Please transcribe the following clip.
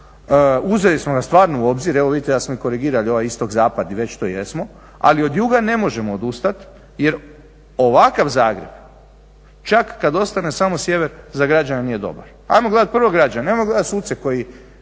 uzeli smo ga stvarno u obzir, evo vidite da smo i korigirali ovaj istok, zapad i već to jesmo, ali od juga ne može odustati jer ovakav Zagreb, čak kad ostane samo sjever za građane nije dobar. Ajmo gledati prvo građane, nemojmo gledati suce koji